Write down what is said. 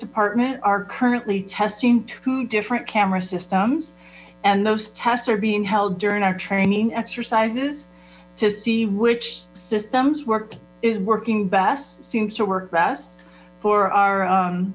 department are currently testing two different camera systems and those tests are being held during our training exercises to see which systems work is working best seems to work best for our